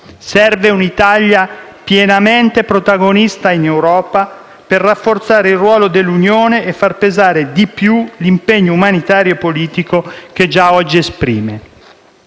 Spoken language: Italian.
Serve un'Italia pienamente protagonista in Europa per rafforzare il ruolo dell'Unione e far pesare di più l'impegno umanitario e politico che già oggi esprime.